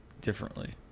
differently